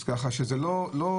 אז ככה שזה לא,